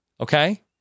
Okay